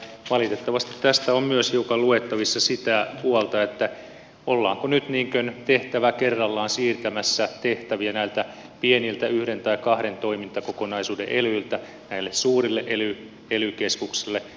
valitettavasti tästä on myös hiukan luettavissa sitä puolta että ollaanko nyt niin kuin tehtävä kerrallaan siirtämässä tehtäviä näiltä pieniltä yhden tai kahden toimintakokonaisuuden elyiltä näille suurille ely keskuksille